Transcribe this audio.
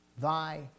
thy